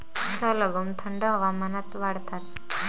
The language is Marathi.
सलगम थंड हवामानात वाढतात